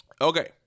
Okay